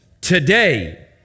today